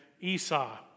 Esau